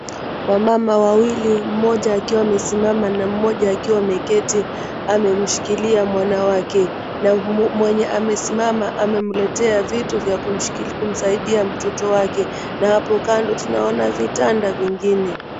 Wamama wawili mmoja akiwa amesimama na mmoja akiwa ameketi amemshikilia mwana wake na mwenye amesimama amemletea vitu vya kumsaidia mtoto wake, na hapo kando tunaona vitanda vingine.